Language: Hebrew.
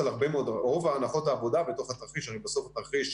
רוב הנחות העבודה בתוך התרחיש הרי בסוף, תרחיש,